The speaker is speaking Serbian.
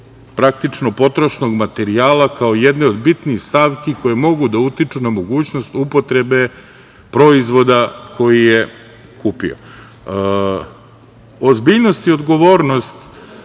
praktično potrošnog materijala, kao jedne od bitnih stavki koje mogu da utiču na mogućnost upotrebe proizvoda koji je kupio. Ozbiljnost i odgovornost